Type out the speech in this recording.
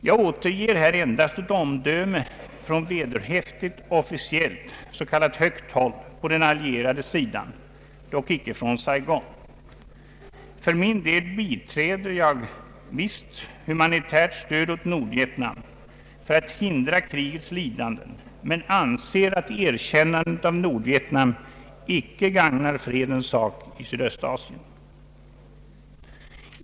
Jag återger här endast ett omdöme från vederhäftigt officiellt s.k. högsta håll på den allierade sidan, dock icke från Saigon. För min del biträder jag visst humanitärt stöd åt Nordvietnam för att hindra krigets lidanden men anser att erkännandet av Nordvietnam icke gagnar fredens sak i Sydöstasien.